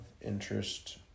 interest